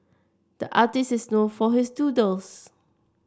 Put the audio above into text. the artist is known for his doodles